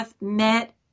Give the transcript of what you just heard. met